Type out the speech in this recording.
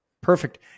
Perfect